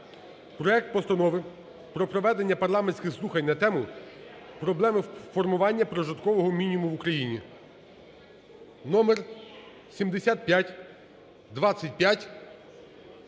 Проект Постанови про проведення парламентських слухань на тему: "Проблеми формування прожиткового мінімуму в Україні" (№ 7525)